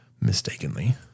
Mistakenly